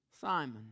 Simon